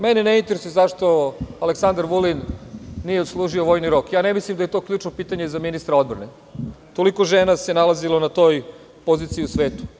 Mene ne interesuje zašto Aleksandar Vulin nije služio vojni rok, ne mislim da je to ključno pitanje za ministra odbrane, toliko žena se nalazilo na toj poziciji u svetu.